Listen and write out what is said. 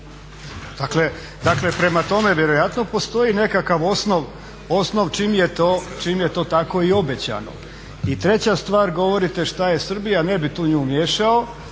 Dakle, prema tome vjerojatno postoji nekakav osnov čim je to tako i obećano. I treća stvar, govorite šta je Srbija, ne bih tu nju miješao.